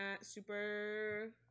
super